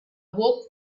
walked